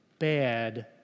bad